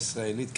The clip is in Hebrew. הישראלית העתידית,